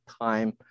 time